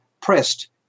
pressed